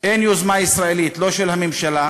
אין יוזמה ישראלית, לא של הממשלה,